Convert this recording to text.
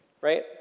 right